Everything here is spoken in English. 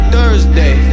Thursday